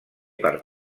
per